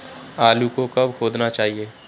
आलू को कब खोदना चाहिए?